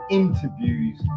interviews